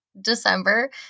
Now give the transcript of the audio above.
December